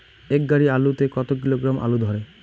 এক গাড়ি আলু তে কত কিলোগ্রাম আলু ধরে?